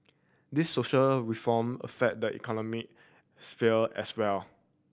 these social reform affect the economic sphere as well